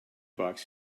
box